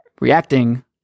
reacting